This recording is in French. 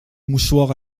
mouchoir